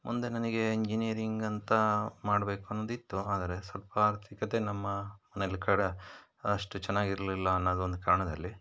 ಮುಂದೆ ನನಗೆ ಇಂಜಿನಿಯರಿಂಗ್ ಅಂತ ಮಾಡಬೇಕು ಅಂದಿತ್ತು ಆದರೆ ಸ್ವಲ್ಪ ಆರ್ಥಿಕತೆ ನಮ್ಮ ಮನೆ ಕಡೆ ಅಷ್ಟು ಚೆನ್ನಾಗಿರಲಿಲ್ಲ ಅನ್ನೋದೊಂದು ಕಾರಣದಲ್ಲಿ